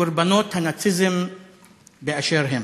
וקורבנות הנאציזם באשר הם.